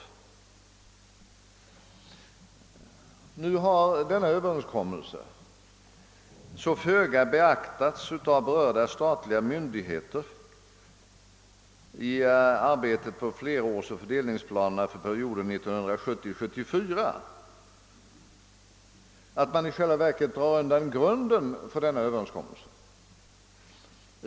Nu har denna överenskommelse så föga beaktats av berörda statliga myndigheter i arbetet på flerårsoch fördelningsplanen för perioden 1970— 1974, att man i själva verket rycker undan grunden för överenskommelsen.